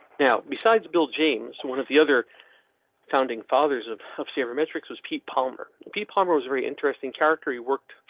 now, besides bill james, one of the other founding fathers of of sabermetrics was pete palmer p palmrose. very interesting character, he worked,